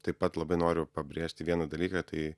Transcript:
taip pat labai noriu pabrėžti vieną dalyką tai